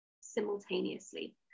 simultaneously